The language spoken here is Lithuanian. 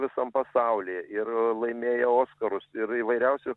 visam pasaulyje ir laimėję oskarus ir įvairiausių